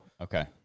okay